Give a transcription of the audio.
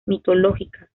mitológicas